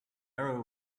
arrow